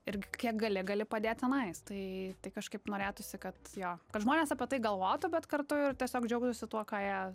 ir kiek gali gali padėt tenais tai tai kažkaip norėtųsi kad jo kad žmonės apie tai galvotų bet kartu ir tiesiog džiaugtųsi tuo ką jie